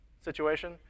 situation